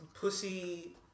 pussy